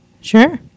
Sure